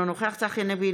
אינו נוכח צחי הנגבי,